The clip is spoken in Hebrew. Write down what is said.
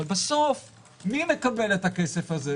ובסוף מי מקבל את הכסף הזה